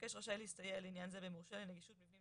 המבקש רשאי להסתייע לעניין זה במורשה לנגישות מבנים,